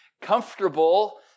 comfortable